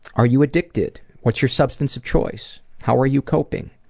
are you addicted? what's your substance of choice? how are you coping?